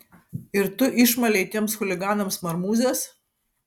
ir tu išmalei tiems chuliganams marmūzes